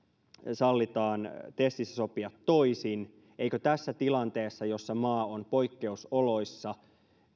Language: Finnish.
sallitaan tesissä sopia toisin eikö tässä tilanteessa jossa maa on poikkeusoloissa eletään